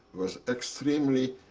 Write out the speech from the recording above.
was extremely